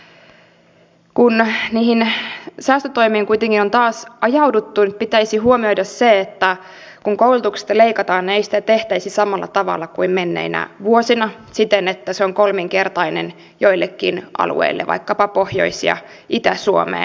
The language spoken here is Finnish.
kun niihin säästötoimiin kuitenkin on taas ajauduttu pitäisi huomioida se että kun koulutuksesta leikataan niin sitä ei tehtäisi samalla tavalla kuin menneinä vuosina siten että se on kolminkertainen joillekin alueille vaikkapa pohjois ja itä suomeen